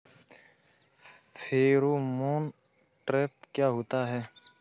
Pheromone trap क्या होता है?